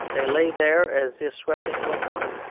they lay there as if swept into a corner.